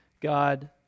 God